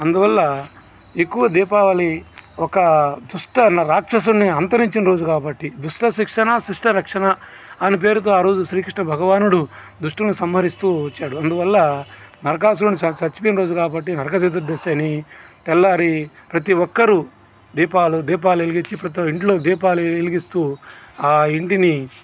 అందువల్ల ఎక్కువ దీపావళి ఒక దుష్ట రాక్షసుండుని అంతరించిన రోజు కాబట్టి దుష్ట శిక్షణ శిష్ట రక్షణ అను పేరుతో ఆరోజు శ్రీకృష్ణ భగవానుడు దుష్టుని సంహరిస్తూ వచ్చాడు అందువల్ల నరకాసుడు చనిపోయిన రోజు కాబట్టి నరక చతుర్థశి అని తెల్లారి ప్రతి ఒక్కరూ దీపాలు దీపాలు వెలిగించి ఇంట్లోకి దీపాలు వెలిగిస్తూ ఆ ఇంటిని